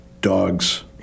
Dogs